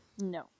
No